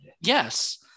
Yes